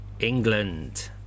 england